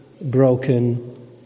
broken